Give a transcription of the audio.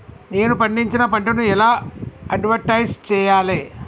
నేను పండించిన పంటను ఎలా అడ్వటైస్ చెయ్యాలే?